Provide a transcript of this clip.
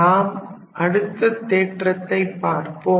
நாம் அடுத்த தேற்றத்தைப் பார்ப்போம்